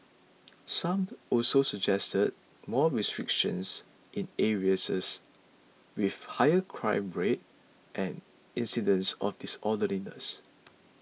some also suggested more restrictions in area says with higher crime rates and incidents of disorderliness